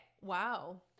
wow